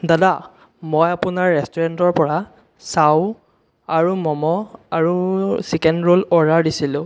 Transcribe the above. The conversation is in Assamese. দাদা মই আপোনাৰ ৰেষ্টুৰেণ্টৰ পৰা চাও আৰু ম'ম' আৰু চিকেন ৰোল অৰ্ডাৰ দিছিলোঁ